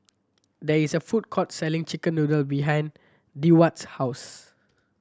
there is a food court selling chicken noodle behind Deward's house